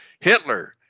Hitler